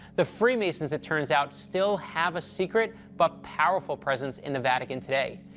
the freemasons, it turns out, still have a secret but powerful presence in the vatican today,